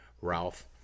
Ralph